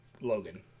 logan